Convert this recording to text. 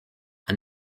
and